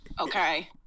okay